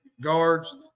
guards